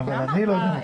מכונות,